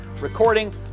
recording